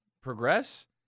progress